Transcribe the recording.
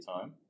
time